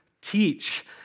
teach